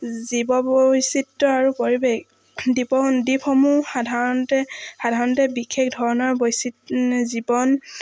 জীৱ বৈচিত্ৰ আৰু পৰিৱেশ দ্বীপ দ্বীপসমূহ সাধাৰণতে সাধাৰণতে বিশেষ ধৰণৰ জীৱন